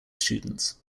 students